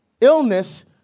illness